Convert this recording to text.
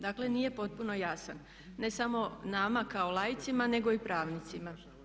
Dakle, nije potpuno jasan ne samo nama kao laicima nego i pravnicima.